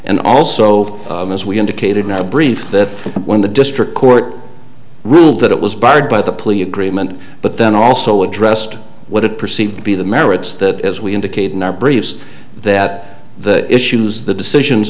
and also as we indicated not a brief that when the district court ruled that it was barred by the plea agreement but then also addressed what it perceived to be the merits that as we indicated in our briefs that the issues the decisions